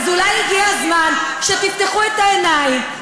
אז אולי הגיע הזמן שתפתחו את העיניים,